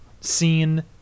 scene